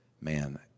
man